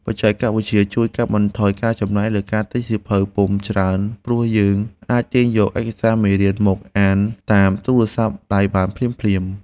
បច្ចេកវិទ្យាជួយកាត់បន្ថយការចំណាយលើការទិញសៀវភៅពុម្ពច្រើន ព្រោះយើងអាចទាញយកឯកសារមេរៀនមកអានតាមទូរស័ព្ទដៃបានភ្លាមៗ។